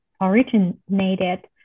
originated